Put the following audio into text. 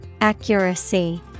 Accuracy